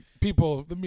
people